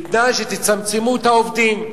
בתנאי שתצמצמו את מספר העובדים.